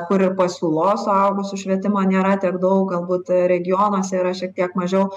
kur ir pasiūlos suaugusių švietimo nėra tiek daug galbūt regionuose yra šiek tiek mažiau